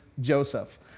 Joseph